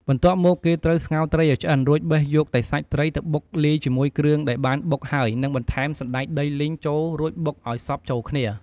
បន្ទាប់មកគេត្រូវស្ងោរត្រីឱ្យឆ្អិន រួចបេះយកសាច់ត្រីទៅបុកលាយជាមួយគ្រឿងដែលបានបុកហើយនិងបន្ថែមសណ្តែកដីលីងចូលរួចបុកឱ្យសព្វចូលគ្នា។